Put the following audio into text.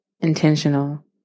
intentional